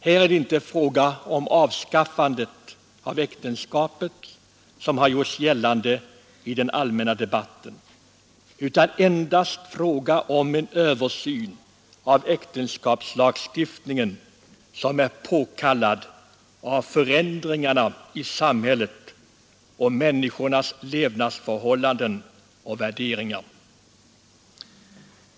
Här är det inte fråga om avskaffande av äktenskapet, som har gjorts gällande i den allmänna debatten, utan endast fråga om en översyn av äktenskapslagstiftningen, som är påkallad av förändringarna i samhället och människornas levnadsförhållanden och värderingar.